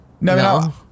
No